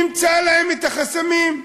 נמצא להם את החסמים.